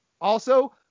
Also-